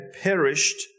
perished